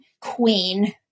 queen